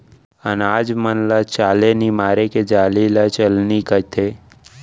अनाज मन ल चाले निमारे के जाली ल चलनी कथें